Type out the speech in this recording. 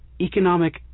economic